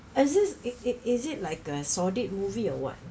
as this it it is it like a solid movie or what